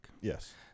Yes